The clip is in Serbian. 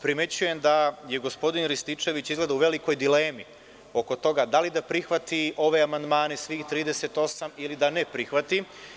Primećujem da je gospodin Rističević izgleda u velikoj dilemi oko toga da li da prihvati ove amandmane, svih 38, ili da ne prihvati.